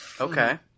Okay